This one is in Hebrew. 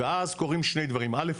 ואז קורים שני דברים: א',